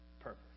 purpose